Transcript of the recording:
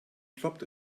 ploppt